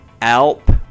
Alp